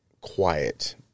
quiet